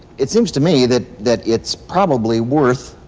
it seems to me that that it's probably worth